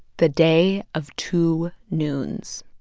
the day of two noons